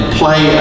play